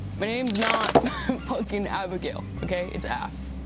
my name's not fucking abigail, okay? it's af.